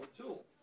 tool